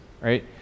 right